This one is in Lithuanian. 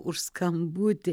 už skambutį